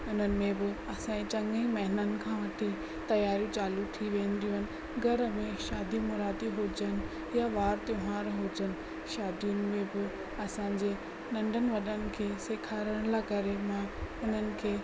उन्हनि में बि असांजे चङे महीननि खां वठी तयारी चालू थी वेंदियूं आहिनि घर में शादियूं मुरादियूं हुजनि या वार त्योहार हुजनि शादियुनि में बि असांजे नंढनि वॾनि खे सेखारण लाइ करे मां उन्हनि खे